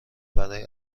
برای